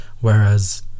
whereas